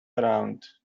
around